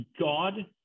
God